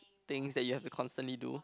things that you have to constantly do